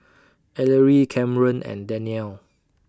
Ellery Camren and Danyell